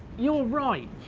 you're right,